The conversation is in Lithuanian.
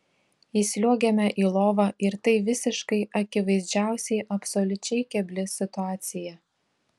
įsliuogiame į lovą ir tai visiškai akivaizdžiausiai absoliučiai kebli situacija